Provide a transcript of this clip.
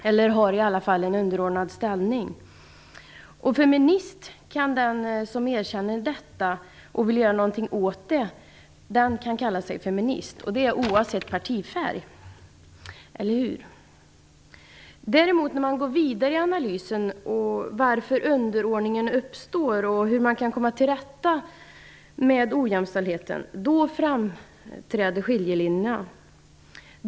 Feminist kan den kalla sig som erkänner detta och vill göra något åt det, oavsett partifärg. Eller hur? När man däremot går vidare i analysen och frågar varför underordningen uppstår och hur man kan komma till rätta med ojämställdheten, då framträder skiljelinjerna.